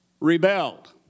rebelled